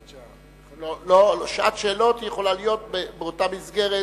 בעד, 15, אחד נמנע, אין מתנגדים.